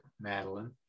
Madeline